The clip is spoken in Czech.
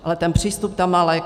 Ale ten přístup tam má lékař.